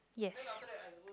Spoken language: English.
yes